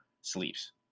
sleeps